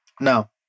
Now